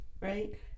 right